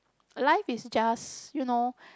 life is just you know